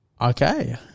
Okay